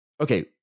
Okay